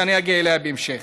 שאגיע אליה בהמשך.